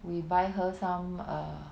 we buy her some err